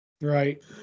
Right